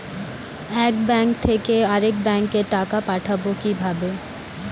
এক ব্যাংক থেকে আরেক ব্যাংকে টাকা পাঠাবো কিভাবে?